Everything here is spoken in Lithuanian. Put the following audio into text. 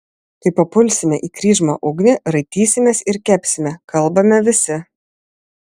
kai papulsime į kryžmą ugnį raitysimės ir kepsime kalbame visi